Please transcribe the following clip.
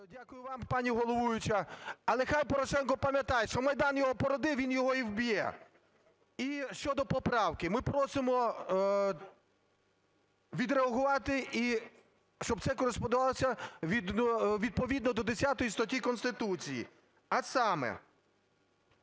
Дякую вам, пані головуюча. Але нехай Порошенко пам'ятає, що Майдан його породив - він його і вб'є. І щодо поправки. Ми просимо відреагувати, і щоб це кореспондувалося відповідно до 10 статті Конституції, а саме